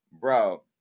Bro